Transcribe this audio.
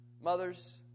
Mothers